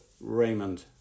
Raymond